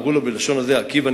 אמרו לו בלשון הזה: עקיבא,